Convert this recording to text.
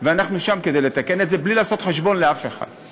ואנחנו שם כדי לתקן את זה בלי לעשות חשבון לאף אחד.